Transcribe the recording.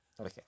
Okay